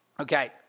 Okay